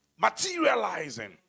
materializing